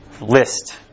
list